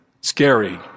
scary